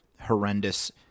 horrendous